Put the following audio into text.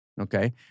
okay